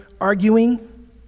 arguing